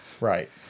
Right